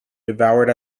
devoured